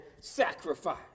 sacrifice